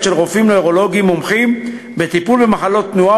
של רופאים נוירולוגים מומחים בטיפול במחלות תנועה,